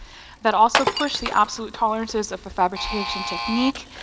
that also push the absolute tolerances of a fabrication technique,